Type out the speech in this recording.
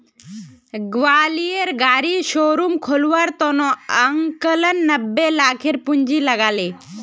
ग्वालियरेर गाड़ी शोरूम खोलवार त न अंकलक नब्बे लाखेर पूंजी लाग ले